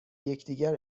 یکدیگر